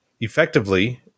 effectively